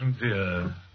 dear